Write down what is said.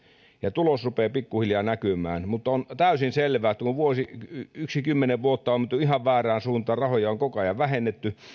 ja tulos rupeaa pikkuhiljaa näkymään mutta on täysin selvää että kun yksi kymmenen vuotta on menty ihan väärään suuntaan rahoja on koko ajan vähennetty